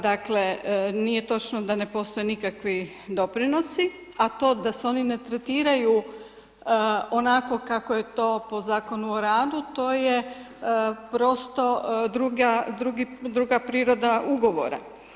Dakle, nije točno da ne postoje nikakvi doprinosi, a to da se oni ne tretiraju onako kako je to po Zakonu o radu, to je prosto druga priroda ugovora.